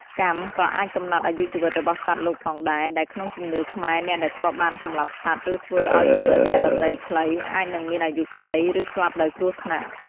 កម្មក៏អាចកំណត់អាយុជីវិតរបស់សត្វលោកផងដែរ ដែលក្នុងជំនឿខ្មែរអ្នកដែលធ្លាប់បានសម្លាប់សត្វ ឬធ្វើឲ្យជីវិតអ្នកដទៃខ្លី អាចនឹងមានអាយុខ្លី ឬស្លាប់ដោយគ្រោះថ្នាក់។